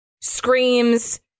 Screams